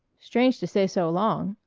strange to stay so long,